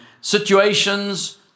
situations